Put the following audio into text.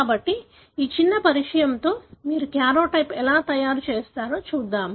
కాబట్టి ఈ చిన్న పరిచయంతో మీరు కార్యోటైప్ను ఎలా తయారు చేస్తారో చూద్దాం